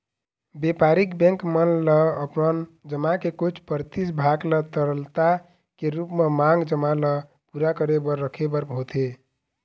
बेपारिक बेंक मन ल अपन जमा के कुछ परतिसत भाग ल तरलता के रुप म मांग जमा ल पुरा करे बर रखे बर होथे